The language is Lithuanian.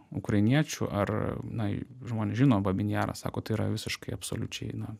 ukrainiečių ar na žmonės žino babyn jarą sako tai yra visiškai absoliučiai na